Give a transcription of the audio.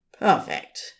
Perfect